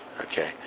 Okay